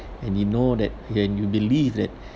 and you know that you and you believe that